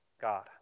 God